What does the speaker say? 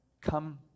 come